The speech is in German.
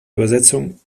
übersetzung